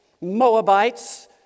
Moabites